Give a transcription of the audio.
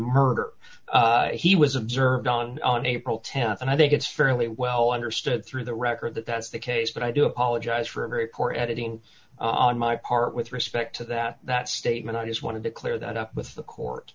murder he was observed on on april th and i think it's fairly well understood through the record that that's the case but i do apologize for a very poor editing on my part with respect to that that statement i just wanted to clear that up with the court